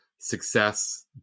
success